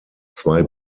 zwei